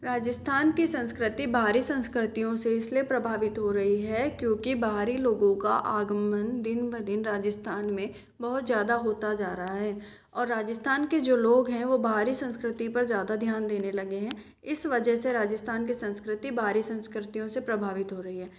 राजस्थान की संस्कृति बाहरी संस्कृतियों से इस लिए प्रभावित हो रही है क्योंकि बाहरी लोगों का आगमन दिन ब दिन राजस्थान में बहुत ज़्यादा होता जा रहा है और राजस्थान के जो लोग हैं वो बाहरी संस्कृति पर ज़्यादा ध्यान देने लगे हैं इस वजह से राजस्थान की संस्कृति बाहरी संस्कृतियों से प्रभावित हो रही है